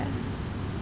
mm